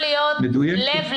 לב,